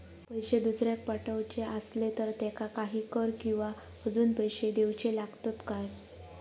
पैशे दुसऱ्याक पाठवूचे आसले तर त्याका काही कर किवा अजून पैशे देऊचे लागतत काय?